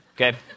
okay